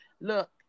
look